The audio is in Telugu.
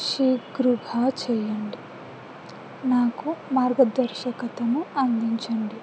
శీగృహ చేయండి నాకు మార్గదర్శకతను అందించండి